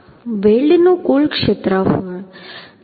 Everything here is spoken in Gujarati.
વેલ્ડનું કુલ ક્ષેત્રફળ 400t છે